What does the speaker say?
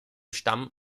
stamm